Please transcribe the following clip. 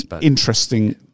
interesting